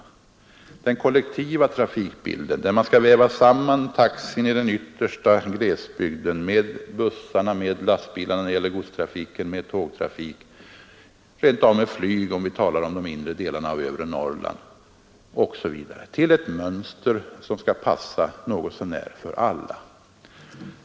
Man diskuterar den kollektiva trafikbilden, där man skall väva samman trafiken i den yttersta glesbygden i vad gäller bussarna, tågen, lastbilarna, taxi, godstrafiken med tåg — eller rent av flyg, om vi tänker på de inre delarna av övre Norrland osv. — till ett mönster som skall passa något så när för alla.